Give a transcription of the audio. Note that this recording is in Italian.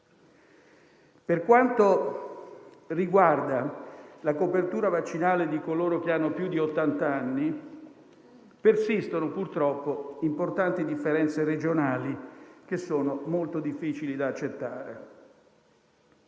Per quanto riguarda la copertura vaccinale di coloro che hanno più di ottant'anni, persistono purtroppo importanti differenze regionali, che sono molto difficili da accettare.